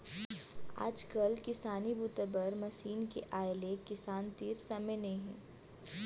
आजकाल किसानी बूता बर मसीन के आए ले किसान तीर समे नइ हे